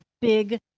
big